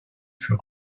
für